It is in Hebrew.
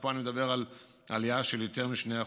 ופה אני מדבר על עלייה של יותר מ-2%.